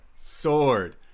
sword